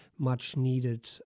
much-needed